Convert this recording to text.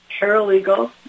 paralegal